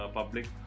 Public